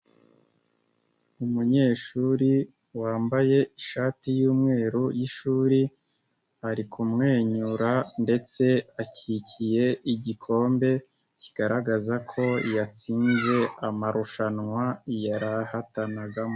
Umunyeshuri wambaye ishati y'umweru y'ishuri, ari kumwenyura ndetse akikiye igikombe, kigaragaza ko yatsinze amarushanwa yarahatanagamo.